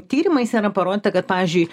tyrimais yra parodyta kad pavyzdžiui